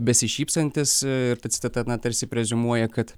besišypsantys ir ta citata tarsi preziumuoja kad